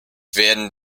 werden